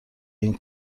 این